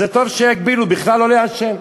זה טוב שיגבילו, בכלל לא לעשן.